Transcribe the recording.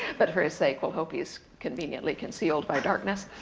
but for his sake, we'll hope he's conveniently concealed by darkness.